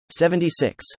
76